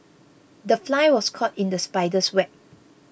the fly was caught in the spider's web